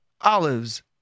olives